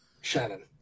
Shannon